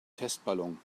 testballon